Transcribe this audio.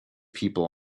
people